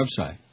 website